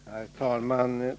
Herr talman!